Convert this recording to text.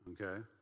Okay